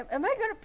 am I going to